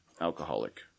alcoholic